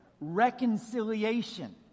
reconciliation